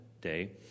day